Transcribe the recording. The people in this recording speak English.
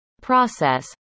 process